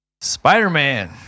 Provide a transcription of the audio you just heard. Spider-Man